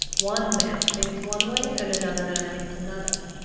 one man thinks one way, and another man thinks another.